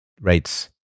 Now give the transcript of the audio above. rates